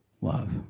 love